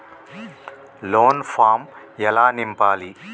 Loan form ఎలా నింపాలి?